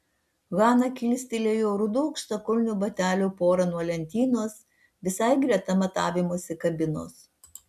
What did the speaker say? hana kilstelėjo rudų aukštakulnių batelių porą nuo lentynos visai greta matavimosi kabinos